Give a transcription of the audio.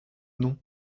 nom